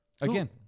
Again